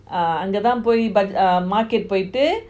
uh அங்க தான் பொய்:anga thaan poi uh market போயிடு:poitu